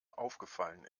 aufgefallen